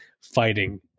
fighting